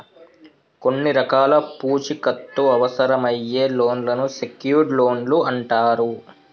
కొన్ని రకాల పూచీకత్తు అవసరమయ్యే లోన్లను సెక్యూర్డ్ లోన్లు అంటరు